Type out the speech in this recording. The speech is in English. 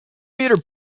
meter